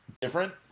different